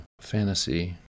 fantasy